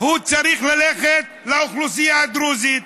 הוא צריך ללכת לאוכלוסייה הדרוזית.